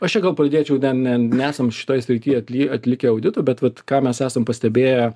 aš čia gal pradėčiau ne ne nesam šitoj srity atli atlikę auditą bet vat ką mes esam pastebėję